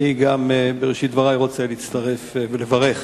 בראשית דברי אני רוצה להצטרף ולברך